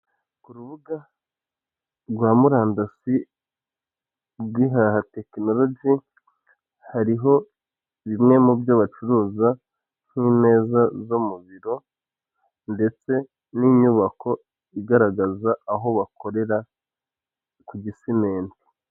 Ku rubuga rwa murandasi rw'ihaha tekinologi, hariho bimwe mubyo bacuruza, nk'imeza zo mu biro, ndetse n'inyubako igaragaza aho bakorera ku gisimenti.